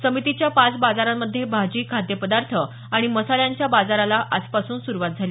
समितीच्या पाच बाजारांमध्ये भाजी खाद्यपदार्थ आणि मसाल्यांचा बाजाराला आजपासून सुरूवात झाली